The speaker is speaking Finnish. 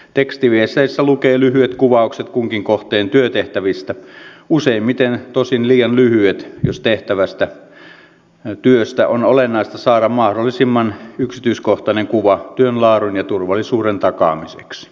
tekstiviesteissä lukee lyhyet kuvaukset kunkin kohteen työtehtävistä useimmiten tosin liian lyhyet jos tehtävästä työstä on olennaista saada mahdollisimman yksityiskohtainen kuva työn laadun ja turvallisuuden takaamiseksi